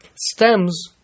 stems